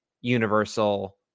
Universal